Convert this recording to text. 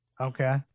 Okay